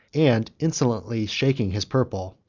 and insolently shaking his purple,